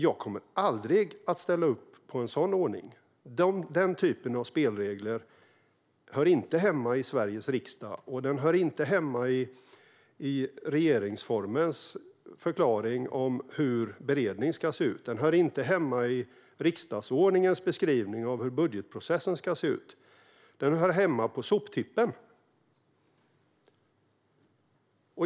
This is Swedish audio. Jag kommer aldrig att ställa upp på en sådan ordning. Denna typ av spelregler hör inte hemma i Sveriges riksdag, och den hör inte hemma i regeringsformens förklaring om hur beredning ska se ut. Den hör heller inte hemma i riksdagsordningens beskrivning av hur budgetprocessen ska se ut, utan den hör hemma på soptippen.